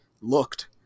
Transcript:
looked